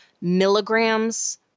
milligrams